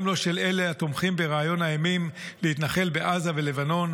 גם לא של אלה התומכים ברעיון האימים להתנחל בעזה ולבנון,